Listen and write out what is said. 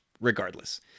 regardless